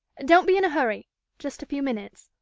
don't be in a hurry just a few minutes.